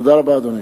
תודה רבה, אדוני.